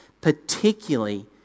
particularly